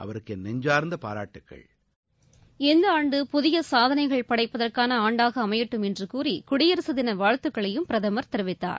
அவருக்கு நென்சார்ந்த பாராட்டுகள் இந்த ஆண்டு புதிய சாதனைகள் படைப்பதற்கான ஆண்டாக அமையட்டும் என்று கூறி குடியரசு தின வாழ்த்துக்களையும் பிரதமர் தெரிவித்தார்